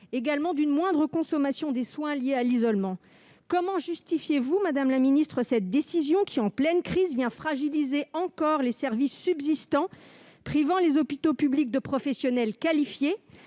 et d'une moindre consommation des soins liées à l'isolement. Comment justifiez-vous cette décision, qui, en pleine crise, vient fragiliser encore les services subsistants, privant les hôpitaux publics de professionnels qualifiés ?